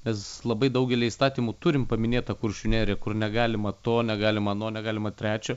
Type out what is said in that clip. mes labai daugelyje įstatymų turim paminėtą kuršių neriją kur negalima to negalima ano negalima trečio